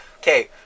Okay